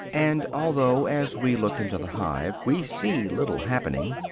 and although, as we look into the hive, we see little happening,